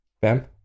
Bam